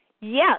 yes